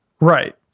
Right